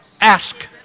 Ask